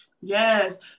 Yes